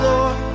Lord